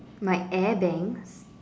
my air bangs